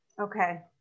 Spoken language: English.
Okay